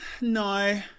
no